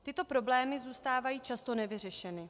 Tyto problémy zůstávají často nevyřešeny.